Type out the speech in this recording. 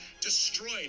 destroyed